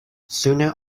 sooner